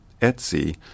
Etsy